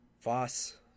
Voss